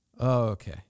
Okay